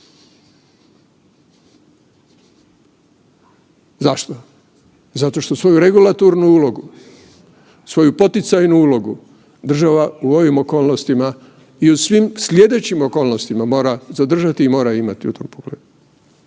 Zašto? Zato što svoju regulatornu ulogu, svoju poticajnu ulogu, država u ovim okolnostima i u svim slijedećim okolnostima mora zadržati i mora imati u tom pogledu.